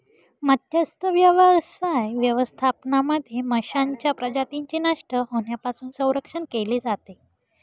मत्स्यव्यवसाय व्यवस्थापनामध्ये माशांच्या प्रजातींचे नष्ट होण्यापासून संरक्षण केले जाते